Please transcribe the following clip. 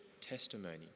testimony